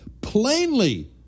plainly